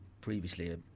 previously